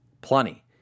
plenty